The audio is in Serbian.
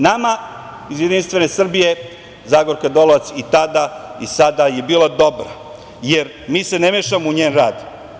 Nama iz Jedinstvene Srbije Zagorka Dolovac i tada i sada je bila dobra, jer mi se ne mešamo u njen rad.